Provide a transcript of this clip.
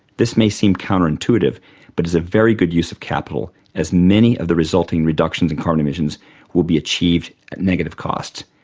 this may seem counterintuitive but is a very good use of capital as many of the resulting reductions in carbon emissions will be achieved at negative cost.